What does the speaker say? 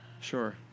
Sure